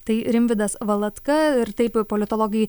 tai rimvydas valatka ir taip politologai